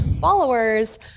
followers